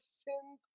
sins